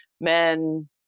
men